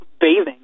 bathing